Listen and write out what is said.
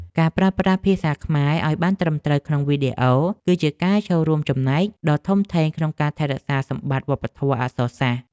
ការប្រើប្រាស់ភាសាខ្មែរឱ្យបានត្រឹមត្រូវក្នុងវីដេអូ គឺជាការចូលរួមចំណែកដ៏ធំធេងក្នុងការថែរក្សាសម្បត្តិវប្បធម៌អក្សរសាស្ត្រ។